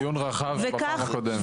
דיברנו על כך בהרחבה בפעם הקודמת.